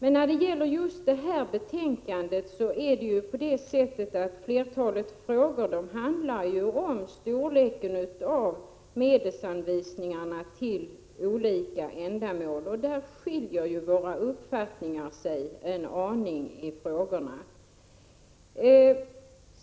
I föreliggande betänkande handlar de flesta frågor om storleken av medelsanvisningarna till olika ändamål, och skiljaktigheterna i uppfattning gäller just beloppens storlek.